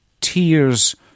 tears